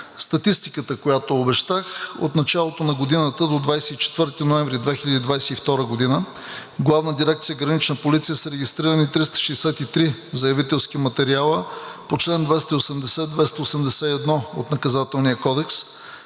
Статистиката, която обещах. От началото на годината до 24 ноември 2022 г. в Главна дирекция „Гранична полиция“ са регистрирани 363 заявителски материала по чл. 280 и 281 от Наказателния кодекс,